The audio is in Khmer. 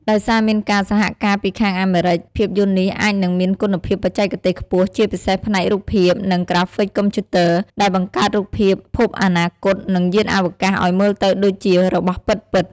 ដោយសារមានការសហការពីខាងអាមេរិក ភាពយន្តនេះអាចនឹងមានគុណភាពបច្ចេកទេសខ្ពស់ ជាពិសេសផ្នែករូបភាពនិង ក្រាហ្វិកកុំព្យូទ័រ ដែលបង្កើតរូបភាពភពអនាគត និងយានអវកាសឱ្យមើលទៅដូចជារបស់ពិតៗ ។